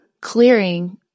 clearing